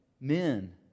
men